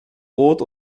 rot